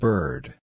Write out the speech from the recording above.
Bird